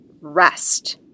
rest